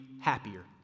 happier